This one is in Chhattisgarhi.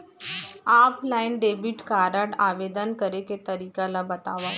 ऑफलाइन डेबिट कारड आवेदन करे के तरीका ल बतावव?